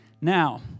Now